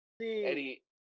Eddie